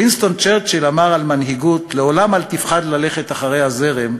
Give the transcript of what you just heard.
וינסטון צ'רצ'יל אמר על מנהיגות: לעולם אל תפחד ללכת אחרי הזרם,